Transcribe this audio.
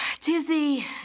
Dizzy